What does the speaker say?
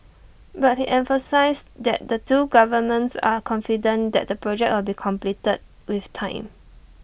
but he emphasised that the two governments are confident that the project will be completed with time